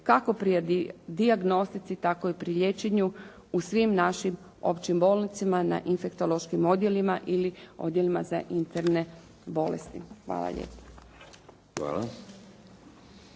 kako pri dijagnostici tako i pri liječenju u svim našim općim bolnicama na infektološkim odjelima ili odjelima za interne bolesti. Hvala lijepa.